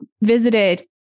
visited